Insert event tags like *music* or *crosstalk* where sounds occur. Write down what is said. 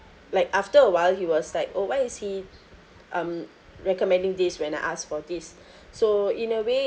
like after a while he was like oh why is he um recommending this when I asked for this *breath* so in a way